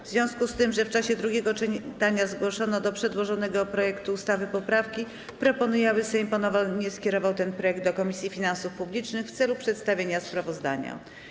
W związku z tym, że w czasie drugiego czytania zgłoszono do przedłożonego projektu ustawy poprawki, proponuję, aby Sejm ponownie skierował ten projekt do Komisji Finansów Publicznych w celu przedstawienia sprawozdania.